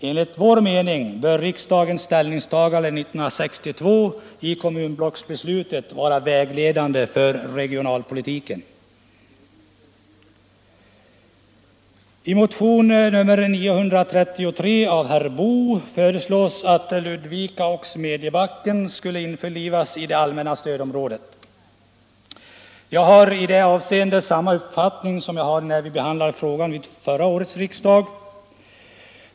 Enligt vår mening bör riksdagens ställningstagande 1962 i kommunblocksbeslutet vara vägledande för regionalpolitiken. I motionen 933 av herr Boo föreslås att Ludvika och Smedjebacken skall införlivas i det allmänna stödområdet. Jag har i det avseendet samma uppfattning som jag hade när vi behandlade frågan vid förra årets riksdag.